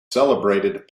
celebrated